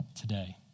today